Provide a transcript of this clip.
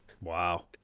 Wow